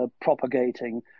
propagating